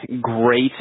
great